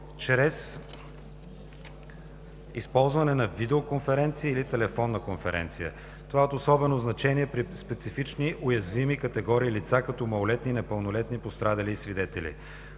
чрез използване на видеоконференция или телефонна конференция. Това е от особено значение при специфични уязвими категории лица като малолетни и непълнолетни пострадали, и свидетели.